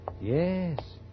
Yes